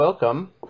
Welcome